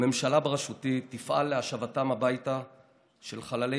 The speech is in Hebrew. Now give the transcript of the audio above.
הממשלה בראשותי תפעל להשבתם הביתה של חללי